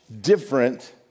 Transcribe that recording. different